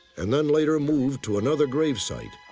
and then later moved to another grave site.